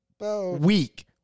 Week